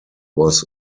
was